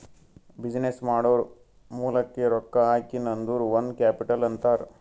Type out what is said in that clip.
business ಮಾಡೂರ್ ಮಾಲಾಕ್ಕೆ ರೊಕ್ಕಾ ಹಾಕಿನ್ ಅಂದುರ್ ಓನ್ ಕ್ಯಾಪಿಟಲ್ ಅಂತಾರ್